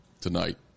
tonight